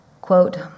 Quote